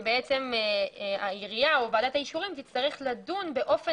שבעצם העירייה או בעלת האישורים תצטרך לדון באופן